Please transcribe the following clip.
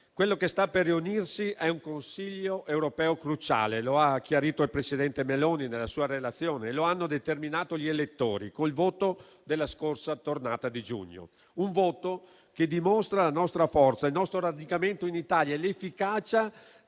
quello che sta per riunirsi è un Consiglio europeo cruciale, lo ha chiarito il presidente Meloni nella sua relazione e lo hanno determinato gli elettori con il voto della scorsa tornata di giugno, un voto che dimostra la nostra forza, il nostro radicamento in Italia e l'efficacia